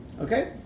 Okay